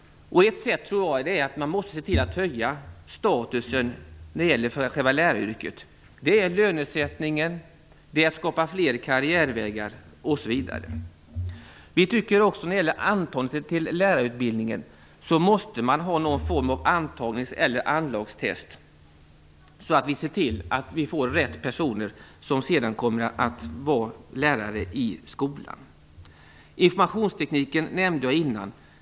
Ett sätt är att höja statusen för själva läraryrket. Det gäller t.ex. lönesättningen. Man måste också skapa fler karriärvägar. När det gäller antagningen till lärarutbildningen tycker vi också att man måste ha någon form av antagnings eller anlagstest, så att rätt personer blir lärare i skolan. Jag nämnde informationstekniken.